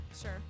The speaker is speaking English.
sure